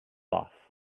off